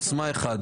עוצמה אחד,